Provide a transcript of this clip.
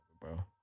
bro